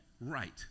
right